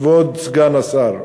כבוד סגן השר.